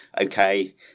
okay